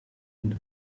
und